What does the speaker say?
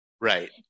Right